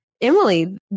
Emily